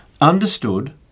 understood